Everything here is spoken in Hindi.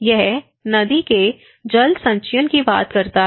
यह नदी के जल संचयन की बात करता है